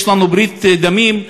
יש לנו ברית דמים.